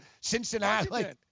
Cincinnati